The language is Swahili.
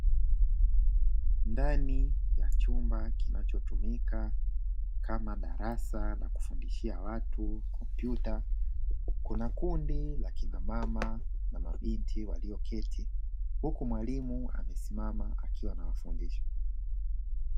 Ndani ya chumba kinachotumika kama darasa la kufundishia watu kompyuta kuna kundi la kina mama na mabinti walioketi huku mwalimu amesimama akiwa anawafundisha.